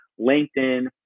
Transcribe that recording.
LinkedIn